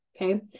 okay